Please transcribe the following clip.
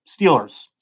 Steelers